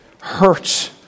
hurts